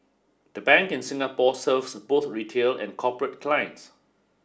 the Bank in Singapore serves both retail and corporate clients